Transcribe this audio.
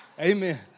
Amen